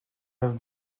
have